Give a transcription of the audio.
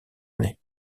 année